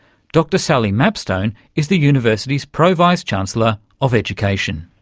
dr sally mapstone is the university's pro vice-chancellor of education.